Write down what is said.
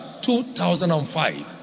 2005